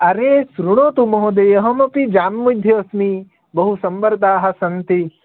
अरे शृणोतु महोदय अहमपि जाम् मध्ये अस्मि बहुसम्मर्दाः सन्ति